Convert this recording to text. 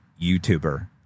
YouTuber